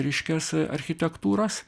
reiškias architektūros